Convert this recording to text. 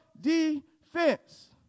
defense